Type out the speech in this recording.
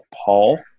Paul